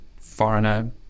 foreigner